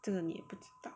这个你也你不知道